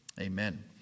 Amen